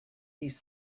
these